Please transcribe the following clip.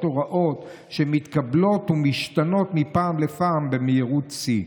הוראות שמתקבלות ומשתנות מפעם לפעם במהירות שיא.